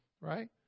right